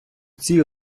цій